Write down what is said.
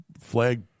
flag